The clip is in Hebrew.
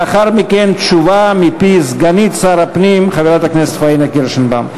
לאחר מכן תשובה מפי סגנית שר הפנים חברת הכנסת פאינה קירשנבאום.